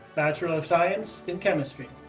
bachelor of science in chemistry.